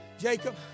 Jacob